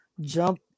jump